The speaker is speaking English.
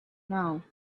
know